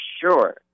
sure